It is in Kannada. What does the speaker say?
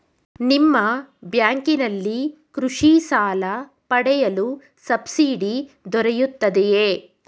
ನಿಮ್ಮ ಬ್ಯಾಂಕಿನಲ್ಲಿ ಕೃಷಿ ಸಾಲ ಪಡೆಯಲು ಸಬ್ಸಿಡಿ ದೊರೆಯುತ್ತದೆಯೇ?